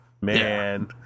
man